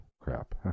crap